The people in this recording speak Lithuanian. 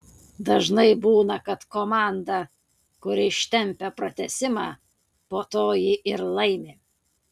dažnai būna kad komanda kuri ištempią pratęsimą po to jį ir laimi